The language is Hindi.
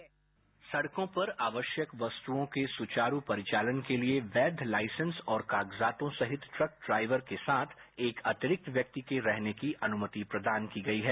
साउंड बाईट सड़कों पर आवश्यक वस्तुओं के सुचारू परिचालन के लिए वैध लाइसेंस और कागजातों सहित ट्रक ड्राइवरों के साथ एक अतिरिक्त व्यक्ति को रहने की अनुमति प्रदान की गई है